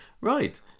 Right